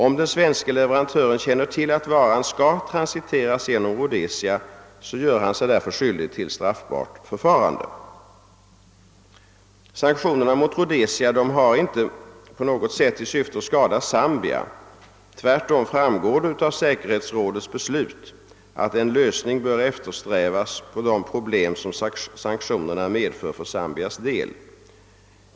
Om den svenske leverantören känner till att varan skall transporteras genom Rhodesia, gör han sig alltså skyldig till straffbart förfarande. Sanktionerna mot Rhodesia har inte på något sätt till syfte att skada Zambia. Tvärtom framgår det av säkerhetsrådets beslut, att en lösning på de problem som sanktionerna medför för Zambias del bör eftersträvas.